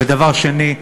ודבר שני,